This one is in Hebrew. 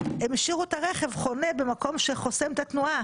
הם השאירו את הרכב חונה במקום שחוסם את התנועה